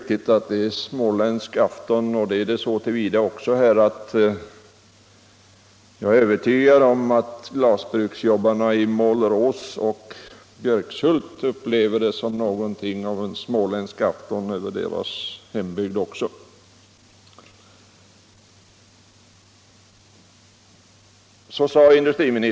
Talet om ”småländsk afton” äger sin riktighet också så till vida att jag är övertygad om ait glasbruksarbetarna i Målerås och Björkshult upplever situationen i sin hembygd som något av en smäländsk afton.